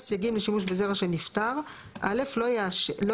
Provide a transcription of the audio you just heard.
סייגים לשימוש בזרע של נפטר 7. (א) לא